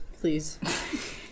please